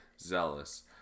zealous